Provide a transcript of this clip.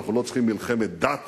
אנחנו לא צריכים מלחמת דת